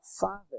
Father